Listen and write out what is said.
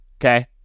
okay